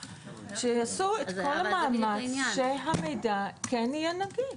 שיעשו את כל המאמץ שהמידע כן יהיה נגיש.